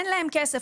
אין להם כסף,